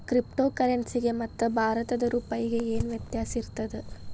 Crypto ಕರೆನ್ಸಿಗೆ ಮತ್ತ ಭಾರತದ್ ರೂಪಾಯಿಗೆ ಏನ್ ವ್ಯತ್ಯಾಸಿರ್ತದ?